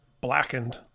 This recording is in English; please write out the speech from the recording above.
Blackened